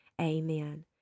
amen